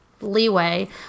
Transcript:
leeway